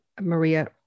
Maria